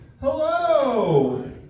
Hello